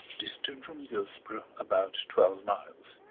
distant from dillsborough about twelve miles.